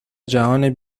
جهان